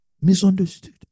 Misunderstood